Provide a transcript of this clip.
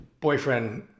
boyfriend